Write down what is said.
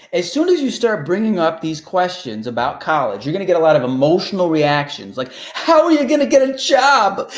as soon as you start bringing up these questions about college, you're gonna get a lot of emotional reactions, like, how are you gonna get a job?